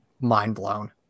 mind-blown